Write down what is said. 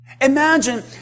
Imagine